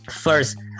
First